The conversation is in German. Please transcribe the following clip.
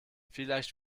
vielleicht